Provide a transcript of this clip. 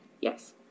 Yes